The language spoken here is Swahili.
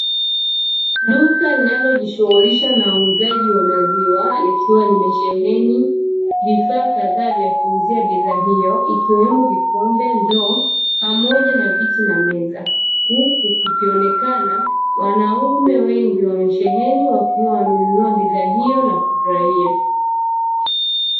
Duka linalo jishughulisha na uuzaji wa maziwa likiwa limesheheni vifaa kadhaa vya kuuzia bidhaa hiyo, ikiwemo vikombe ndoo pamoja na viti na meza, huku kukionekana wanaume wengi wamesheheni wakiwa wamenunua bidhaa hiyo na kufurahia.